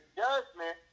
judgment